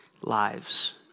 lives